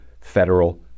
federal